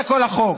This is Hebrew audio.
זה כל החוק.